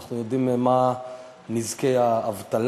ואנחנו יודעים מה הם נזקי האבטלה,